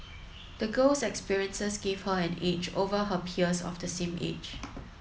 the girl's experiences gave her an edge over her peers of the same age